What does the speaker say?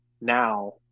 now